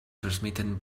transmitted